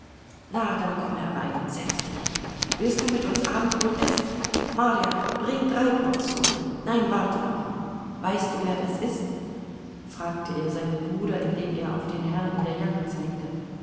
na dann komm herein und setz dich willst du mit uns abendbrot essen marja bring drei portionen nein warte noch weißt du wer das ist fragte er seinen bruder indem er auf den herrn in der jacke zeigte